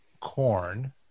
corn